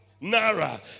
Nara